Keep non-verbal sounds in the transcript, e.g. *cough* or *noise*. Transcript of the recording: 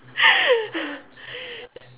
*laughs*